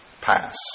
pass